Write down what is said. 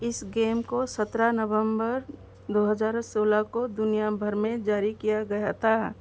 इस गेम को सत्रा नवंबर दो हज़ार सोलह को दुनिया भर में जारी किया गया था